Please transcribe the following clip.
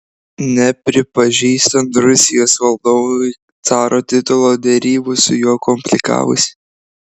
nepripažįstant rusijos valdovui caro titulo derybos su juo komplikavosi